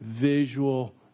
visual